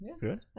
good